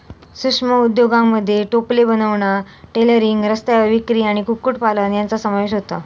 सूक्ष्म उद्योगांमध्ये टोपले बनवणा, टेलरिंग, रस्त्यावर विक्री आणि कुक्कुटपालन यांचो समावेश होता